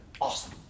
Awesome